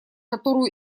которую